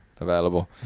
available